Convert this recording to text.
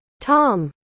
Tom